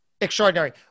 Extraordinary